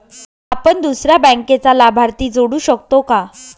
आपण दुसऱ्या बँकेचा लाभार्थी जोडू शकतो का?